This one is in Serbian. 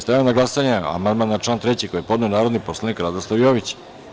Stavljam na glasanje amandman na član 3. koji je podneo narodni poslanik Radoslav Jović.